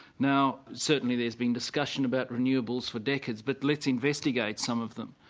now certainly there's been discussion about renewables for decades but let's investigate some of them.